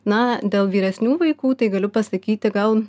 na dėl vyresnių vaikų tai galiu pasakyti gal